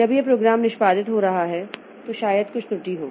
अब जब प्रोग्राम निष्पादित हो रहा है तो शायद कुछ त्रुटि हो